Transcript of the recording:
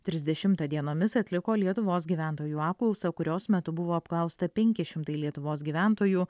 trisdešimtą dienomis atliko lietuvos gyventojų apklausą kurios metu buvo apklausta penki šimtai lietuvos gyventojų